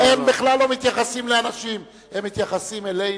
הם בכלל לא מתייחסים לאנשים, הם מתייחסים אלינו.